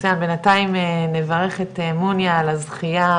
מצויין בינתיים נברך את מניה על הזכייה